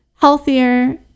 healthier